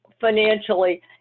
financially